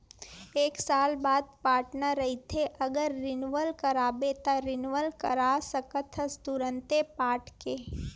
एक साल बाद पटाना रहिथे अगर रिनवल कराबे त रिनवल करा सकथस तुंरते पटाके